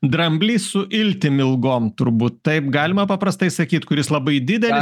dramblys su iltim ilgom turbūt taip galima paprastai sakyt kuris labai didelis